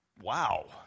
wow